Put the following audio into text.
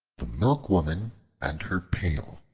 the milk-woman and her pail